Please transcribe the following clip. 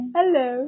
Hello